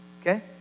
Okay